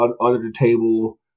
under-the-table